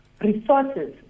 resources